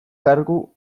kargu